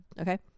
okay